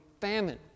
famine